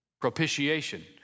Propitiation